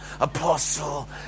apostle